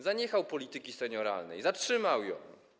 Zaniechał polityki senioralnej, zatrzymał ją.